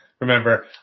Remember